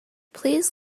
please